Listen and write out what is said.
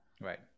Right